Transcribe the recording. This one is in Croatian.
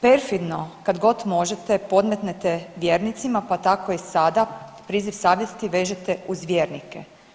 Perfidno kad god možete podmetnite vjernicima pa tako i sada priziv savjesti vežete uz vjernike.